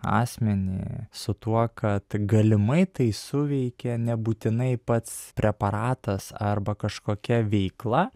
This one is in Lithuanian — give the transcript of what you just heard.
asmenį su tuo kad galimai tai suveikė nebūtinai pats preparatas arba kažkokia veikla